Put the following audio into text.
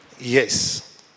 Yes